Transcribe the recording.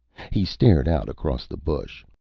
he stared out across the bush,